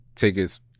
Tickets